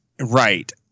Right